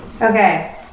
Okay